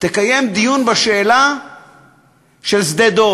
תקיים דיון בשאלה של שדה-דב.